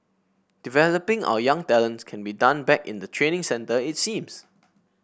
developing our young talents can be done back in the training centre it seems